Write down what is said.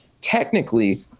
technically